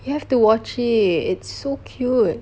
you have to watch it it's so cute